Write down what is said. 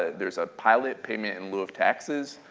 there's a pilot payment in lieu of taxes,